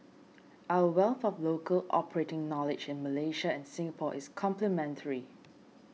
our wealth of local operating knowledge in Malaysia and Singapore is complementary